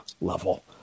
level